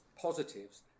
positives